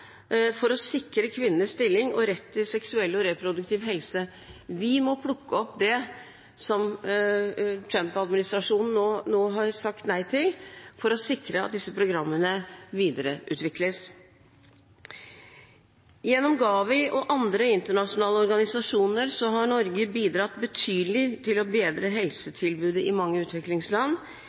for å sikre kvinners stilling og rett til seksuell og reproduktiv helse. Vi må plukke opp det som Trump-administrasjonen nå har sagt nei til, for å sikre at disse programmene videreutvikles. Gjennom GAVI og andre internasjonale organisasjoner har Norge bidratt betydelig til å bedre helsetilbudet i mange utviklingsland,